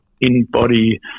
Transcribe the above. in-body